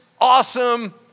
Awesome